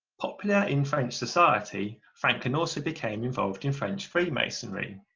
popular in french society, franklin also became involved in french freemasonry.